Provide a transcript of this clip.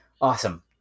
awesome